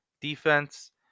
defense